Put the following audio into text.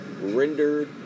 rendered